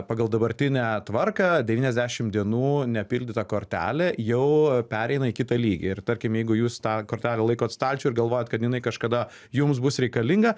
pagal dabartinę tvarką devyniasdešim dienų nepildyta kortelė jau pereina į kitą lygį ir tarkim jeigu jūs tą kortelę laikot stalčiuj ir galvojat kad jinai kažkada jums bus reikalinga